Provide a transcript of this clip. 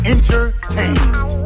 entertained